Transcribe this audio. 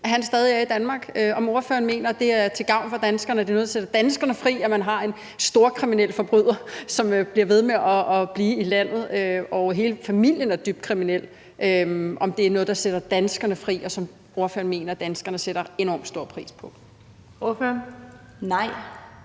han stadig er i Danmark. Mener ordføreren, at det er til gavn for danskerne, og at det er noget, der sætter danskerne fri, at man har en storkriminel forbryder, som bliver ved med at blive i landet, og hvor hele familien er dybt kriminel? Er det noget, der sætter danskerne fri, og som ordføreren mener danskerne sætter enormt stor pris på? Kl. 17:15 Den